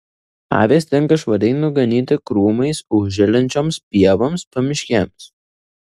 avys tinka švariai nuganyti krūmais užželiančioms pievoms pamiškėms